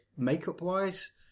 makeup-wise